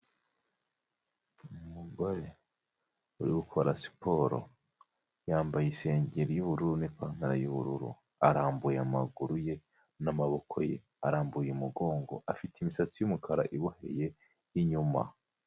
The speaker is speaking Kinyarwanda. Umugore uri gukora siporo yambaye isengeri y'ubururu n'ipantaro y'ubururu, arambuye amaguru ye n'amaboko ye arambuye umugongo afite imisatsi y'umukara iboheye inyuma.